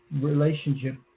relationship